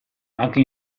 anche